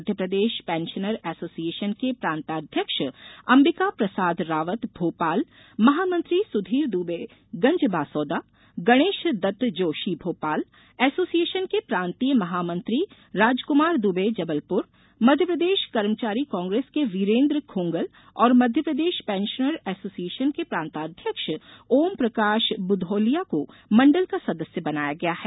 Madhya Pradesh pensioner association के प्रांताध्यक्ष अम्बिका प्रसाद रावत भोपाल महामंत्री सुधीर दुबे गंजबासौदा गणेश दत्त जोशी भोपाल एसोसिएशन के प्रांतीय महामंत्री राजक्मार द्वे जबलप्र मध्यप्रदेश कर्मचारी कांग्रेस के वीरेन्द्र खोंगल और मध्यप्रदेश पेंशनर एसोसिएशन के प्रांताध्यक्ष ओर्म प्रकाश बुधोलिया को मंडल का सदस्य बनाया गया है